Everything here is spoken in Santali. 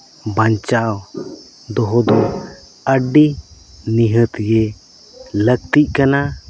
ᱵᱟᱧᱪᱟᱣ ᱫᱚᱦᱚ ᱫᱚ ᱟᱹᱰᱤ ᱱᱤᱦᱟᱹᱛ ᱜᱮ ᱞᱟᱹᱠᱛᱤᱜ ᱠᱟᱱᱟ